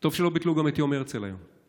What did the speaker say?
טוב שלא ביטלו גם את יום הרצל היום.